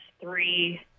three